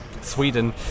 Sweden